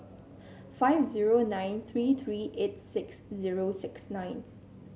five zero nine three three eight six zero six nine